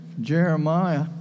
Jeremiah